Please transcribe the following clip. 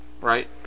right